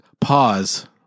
pause